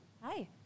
Hi